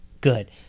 Good